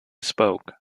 spoke